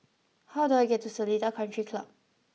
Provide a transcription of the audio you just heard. how do I get to Seletar Country Club